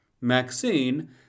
Maxine